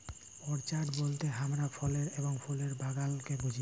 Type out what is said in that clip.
orchard বলতে হামরা ফলের এবং ফুলের বাগালকে বুঝি